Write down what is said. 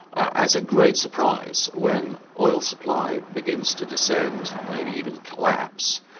as a great surprise when oil supply begins to descend, maybe even collapse.